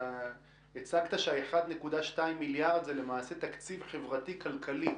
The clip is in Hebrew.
אתה הצגת ש-1.2 מיליארד זה למעשה תקציב חברתי-כלכלי.